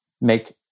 make